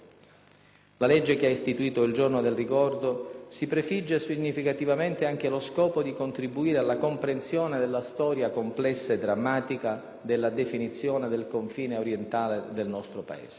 La legge che ha istituito il «Giorno del ricordo» si prefigge significativamente anche lo scopo di contribuire alla comprensione della storia complessa e drammatica della definizione del confine orientale del nostro Paese.